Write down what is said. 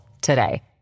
today